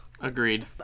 Agreed